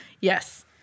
Yes